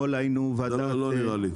לא, לא נראה לי.